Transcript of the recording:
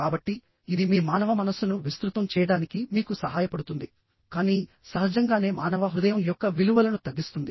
కాబట్టి ఇది మీ మానవ మనస్సును విస్తృతం చేయడానికి మీకు సహాయపడుతుంది కానీ సహజంగానే మానవ హృదయం యొక్క విలువలను తగ్గిస్తుంది